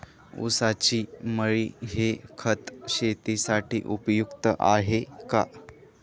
ऊसाची मळी हे खत शेतीसाठी उपयुक्त आहे का?